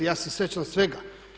Ja se sjećam svega.